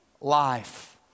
life